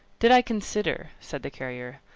did i consider, said the carrier,